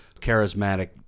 charismatic